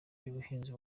y’ubuhinzi